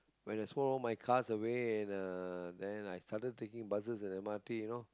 when I sold my cars away and a then I started taking buses and m_r_t you know